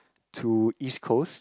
to East-Coast